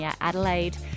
Adelaide